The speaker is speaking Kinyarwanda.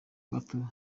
gato